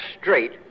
straight